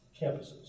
campuses